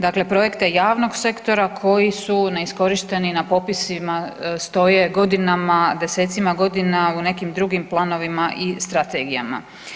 Dakle, projekte javnog sektora koji su neiskorišteni, na popisima stoje godinama, desetcima godina u nekim drugim planovima i strategijama.